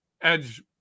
edge